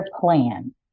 plan